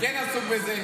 אתה כן עסוק בזה.